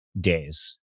Days